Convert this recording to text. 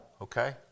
okay